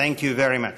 Thank you very much.